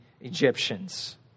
Egyptians